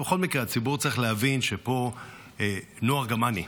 ובכל מקרה הציבור צריך להבין שנועה ארגמני,